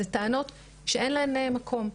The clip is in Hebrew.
אלה טענות שאין להן מקום.